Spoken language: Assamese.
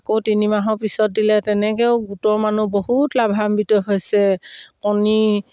আকৌ তিনি মাহৰ পিছত দিলে তেনেকেও গোটৰ মানুহ বহুত লাভান্বিত হৈছে কণী